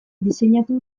diseinatu